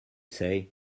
say